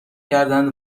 کردند